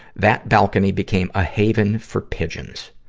that balcony became a haven for pigeons.